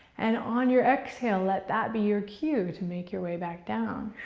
and on your exhale, let that be your cue to make your way back down.